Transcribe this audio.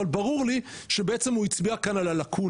אבל ברור לי שבעצם הוא הצביע כאן על הלקונה,